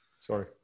sorry